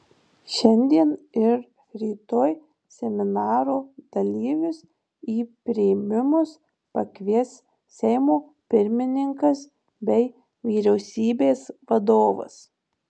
šiandien ir rytoj seminaro dalyvius į priėmimus pakvies seimo pirmininkas bei vyriausybės vadovas